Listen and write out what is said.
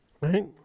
Right